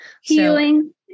Healing